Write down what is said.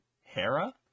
Hera